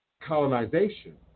colonization